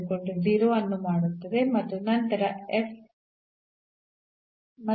ಆದ್ದರಿಂದ ಇಲ್ಲಿ 0 ಆಗಿದೆ ಅಥವಾ ಇಲ್ಲಿ ಎರಡನೇ ಪದ 0 ಆಗಿದೆ